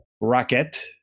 Rocket